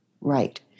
right